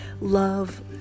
love